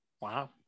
Wow